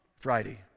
Friday